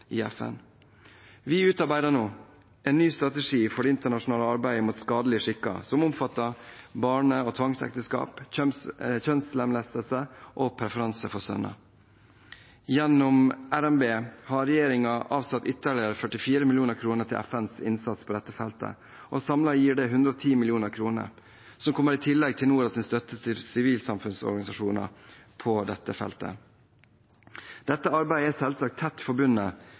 FN. Vi utarbeider nå en ny strategi for det internasjonale arbeidet mot skadelige skikker, som omfatter barne- og tvangsekteskap, kjønnslemlestelse og preferanse for sønner. Gjennom RNB har regjeringen avsatt ytterligere 44 mill. kr til FNs innsats på dette feltet. Samlet gir dette 110 mill. kr. Dette kommer i tillegg til Norads støtte til sivilsamfunnsorganisasjonenes arbeid på feltet. Dette arbeidet er selvsagt tett forbundet